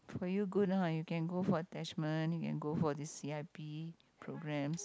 for you good lah you can go for attachment you can go for this C_I_P programs